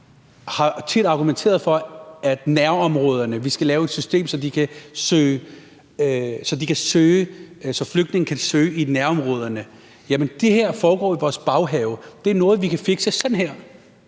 har tit været, at vi skal lave et system, så flygtninge kan søge i nærområderne. Jamen det her foregår i vores baghave; det er noget, vi kan fikse med et